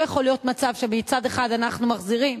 לא יכול להיות מצב שמצד אחד אנחנו מחזירים